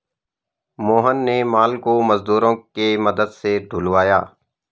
मोहन ने माल को मजदूरों के मदद से ढूलवाया